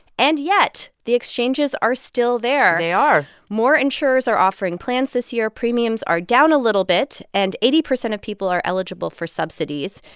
and yet, the exchanges are still there they are more insurers are offering plans this year. premiums are down a little bit. and eighty percent of people are eligible for subsidies.